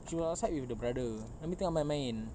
she was outside with the brother habis tengah main main